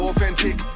Authentic